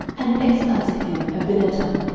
and next unto him abinadab,